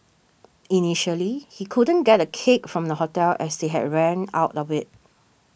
initially he couldn't get a cake from the hotel as they had ran out of it